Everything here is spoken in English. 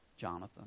Jonathan